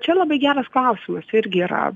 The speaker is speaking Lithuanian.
čia labai geras klausimas irgi yra